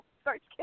starts